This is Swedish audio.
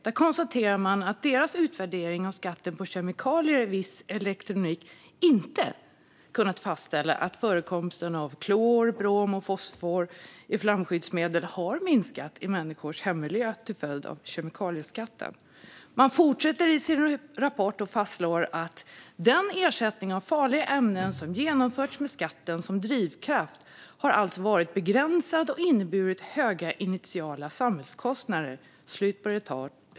Där konstateras att deras utvärdering av skatten på kemikalier i viss elektronik "inte kunnat fastställa att förekomsten av klor, brom och fosfor i flamskyddsmedel har minskat i människors hemmiljö" till följd av kemikalieskatten. Man fastslår också: "Den ersättning av farliga ämnen som genomförts med skatten som drivkraft har alltså varit begränsad och inneburit höga initiala samhällskostnader."